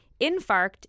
Infarct